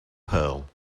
pearl